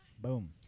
Boom